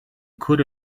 could